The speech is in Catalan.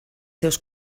seus